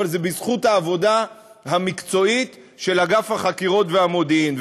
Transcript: אבל זה בזכות העבודה המקצועית של אגף החקירות והמודיעין.